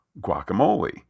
guacamole